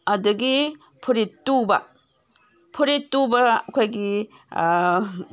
ꯑꯗꯒꯤ ꯐꯨꯔꯤꯠ ꯇꯨꯕ ꯐꯨꯔꯤꯠ ꯇꯨꯕ ꯑꯩꯈꯣꯏꯒꯤ